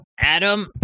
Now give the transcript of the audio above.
Adam